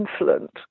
insolent